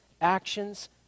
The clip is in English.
actions